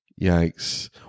Yikes